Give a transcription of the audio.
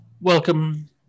Welcome